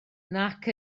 nac